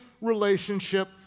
relationship